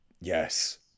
Yes